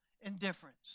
indifference